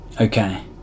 okay